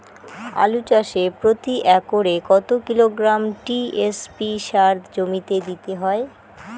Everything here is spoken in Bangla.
আলু চাষে প্রতি একরে কত কিলোগ্রাম টি.এস.পি সার জমিতে দিতে হয়?